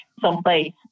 someplace